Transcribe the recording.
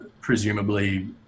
presumably